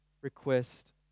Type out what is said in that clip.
request